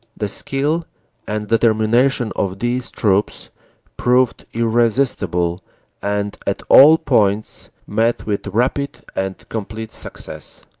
the skill and determination of these troops proved irresistible and at all points met with rapid and complete success.